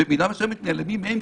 במידה מסוימת נעלמים מהם,